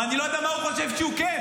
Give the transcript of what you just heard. ואני לא יודע מה הוא חושב שהוא כן,